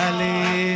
Ali